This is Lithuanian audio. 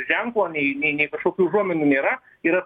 ženklo nei nei nei kažkokių užuominų nėra yra